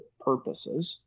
purposes